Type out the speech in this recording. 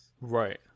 Right